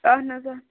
اہَن حظ آ